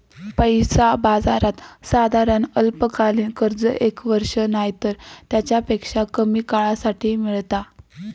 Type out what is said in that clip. पैसा बाजारात साधारण अल्पकालीन कर्ज एक वर्ष नायतर तेच्यापेक्षा कमी काळासाठी मेळता